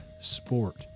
sport